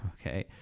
okay